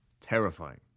terrifying